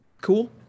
cool